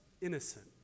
innocent